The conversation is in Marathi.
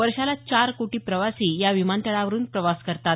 वर्षाला चार कोटी प्रवासी या विमानतळांवरून प्रवास करतात